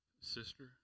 Sister